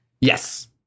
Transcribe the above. Yes